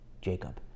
Jacob